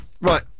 Right